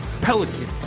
Pelican